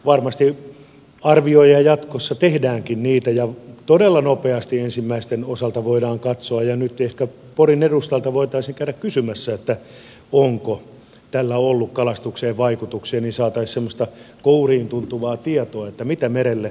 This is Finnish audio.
varmasti arvioita jatkossa tehdäänkin ja todella nopeasti ensimmäisten osalta voidaan katsoa ja nyt ehkä porin edustalta voitaisiin käydä kysymässä onko tällä ollut kalastukseen vaikutuksia niin saataisiin semmoista kouriintuntuvaa tietoa mitä merelle rakentaminen on